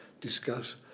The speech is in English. discuss